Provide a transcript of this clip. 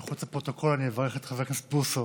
מחוץ לפרוטוקול אני אברך את חבר הכנסת בוסו